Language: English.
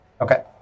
Okay